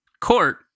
court